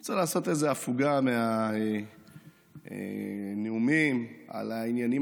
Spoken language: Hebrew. אני רוצה לעשות איזו הפוגה מהנאומים על העניינים